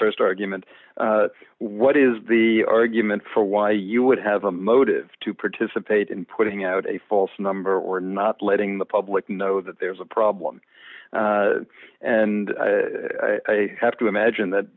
first argument what is the argument for why you would have a motive to participate in putting out a false number or not letting the public know that there was a problem and i have to imagine that